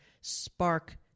spark